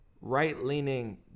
right-leaning